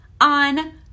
on